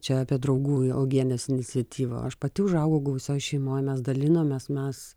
čia apie draugų uogienės iniciatyvą aš pati užaugau gausioj šeimoj mes dalinomės mes